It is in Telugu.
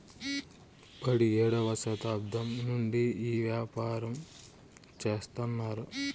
పడియేడవ శతాబ్దం నుండి ఈ యాపారం చెత్తన్నారు